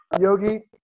yogi